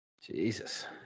Jesus